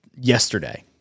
yesterday